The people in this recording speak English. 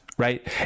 Right